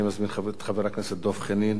התשע"ב 2012,